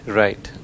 right